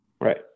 Right